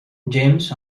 james